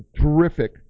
terrific